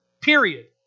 period